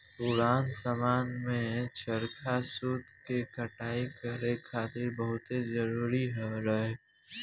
पुरान समय में चरखा सूत के कटाई करे खातिर बहुते जरुरी रहे